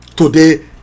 today